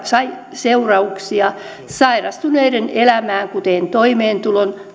seurauksia sairastuneiden elämään kuten toimeentulon